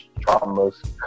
traumas